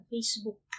Facebook